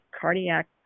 cardiac